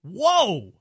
Whoa